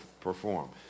perform